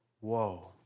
whoa